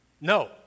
No